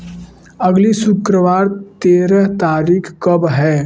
अगली शुक्रवार तेरह तारीख कब है